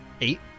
Eight